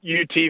UT